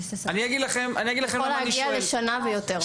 זה יכול להגיע לשנה ויותר.